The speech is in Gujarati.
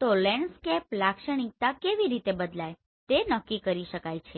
તો લેન્ડસ્કેપ લાક્ષણિકતા કેવી રીતે બદલાય છે તે નક્કી કરી શકાય છે